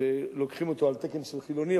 שלוקחים אותו על תקן של חילוני,